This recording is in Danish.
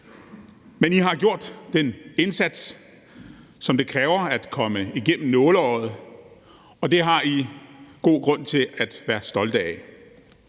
Men I har gjort den indsats, som det kræver at komme igennem nåleøjet, og det har I god grund til at være stolte af.